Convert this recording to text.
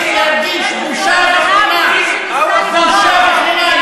כל אחד מכם שגונן עליו צריך להרגיש בושה וכלימה,